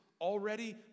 already